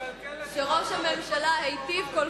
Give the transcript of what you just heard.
את מקלקלת את כל מה שהוא אמר